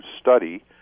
study